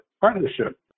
partnership